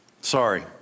Sorry